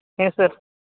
ᱦᱮᱸ ᱥᱟᱨ